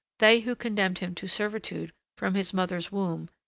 they who condemned him to servitude from his mother's womb,